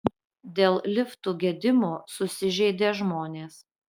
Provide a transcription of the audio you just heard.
dėl liftų gedimų susižeidė žmonės